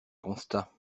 constat